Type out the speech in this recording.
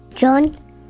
John